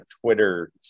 Twitter